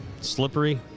Slippery